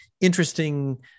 interesting